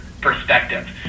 perspective